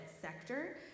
sector